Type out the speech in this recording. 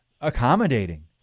accommodating